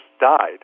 died